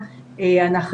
לא בבית חולים,